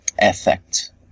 effect